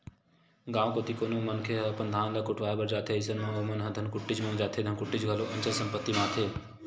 गाँव कोती कोनो मनखे ह अपन धान ल कुटावय बर जाथे अइसन म ओमन ह धनकुट्टीच म जाथे धनकुट्टी घलोक अचल संपत्ति म आथे